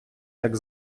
так